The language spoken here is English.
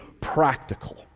practical